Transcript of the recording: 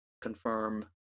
Confirm